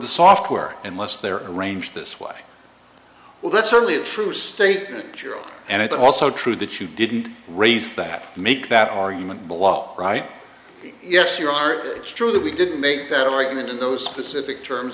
the software unless they're arranged this way well that's certainly a true statement and it's also true that you didn't raise that make that argument but walt right yes you are it's true that we didn't make that argument in those specific terms